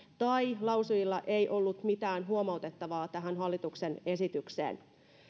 tai lausujilla ei ollut mitään huomautettavaa tähän hallituksen esitykseen